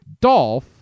Dolph